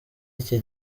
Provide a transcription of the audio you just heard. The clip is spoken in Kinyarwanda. iki